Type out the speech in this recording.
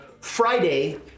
Friday